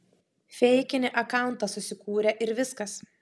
feikinį akauntą susikūrė ir viskas